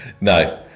No